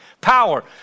Power